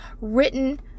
written